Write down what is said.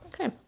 Okay